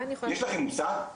יש לכם מושג?